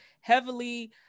heavily